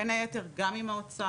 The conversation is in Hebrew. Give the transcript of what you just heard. בין היתר גם עם האוצר,